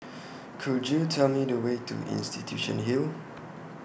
Could YOU Tell Me The Way to Institution Hill